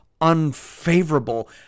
unfavorable